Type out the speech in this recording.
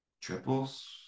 Triples